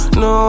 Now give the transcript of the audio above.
no